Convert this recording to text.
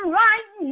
right